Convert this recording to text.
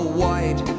white